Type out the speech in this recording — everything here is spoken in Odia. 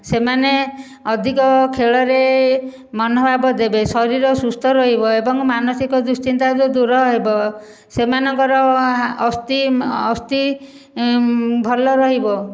ସେମାନେ ଅଧିକ ଖେଳରେ ମନୋଭାବ ଦେବେ ଶରୀର ସୁସ୍ଥ ରହିବ ଏବଂ ମାନସିକ ଦୁଶ୍ଚିନ୍ତା ଦୂର ହେବ ସେମାନଙ୍କର ଅସ୍ଥି ଅସ୍ଥି ଭଲ ରହିବ